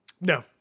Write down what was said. No